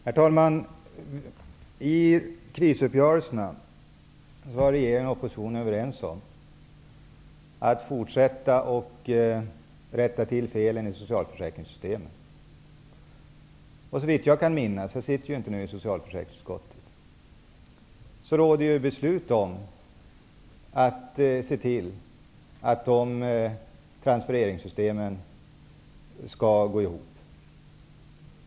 Herr talman! Vid krisuppgörelserna var regeringen och oppositionen överens om att fortsätta att rätta till felen i socialförsäkringssystemen. Jag sitter inte längre i socialförsäkringsutskottet, men såvitt jag kan minnas finns det beslut om att man skall se till att transfereringssystemen skall gå ihop.